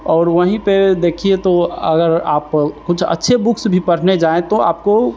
और वहीं पर देखिए तो अगर आप कुछ अच्छे बुक्स पढ़ने जाएँ तो आपको